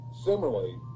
similarly